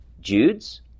Jude's